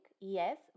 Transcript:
yes